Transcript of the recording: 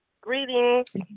Greetings